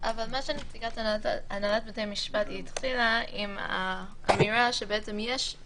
לגבי סוג הדיון --- השאלה איפה הוא